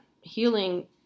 Healing